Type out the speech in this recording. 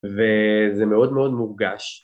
וזה מאוד מאוד מורגש